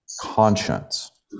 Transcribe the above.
conscience